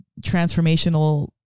transformational